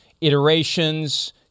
iterations